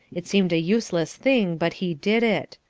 it seemed a useless thing, but he did it.